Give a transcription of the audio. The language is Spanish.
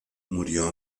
murió